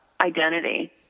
identity